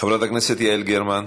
חברת הכנסת יעל גרמן.